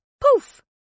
Poof